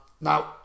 Now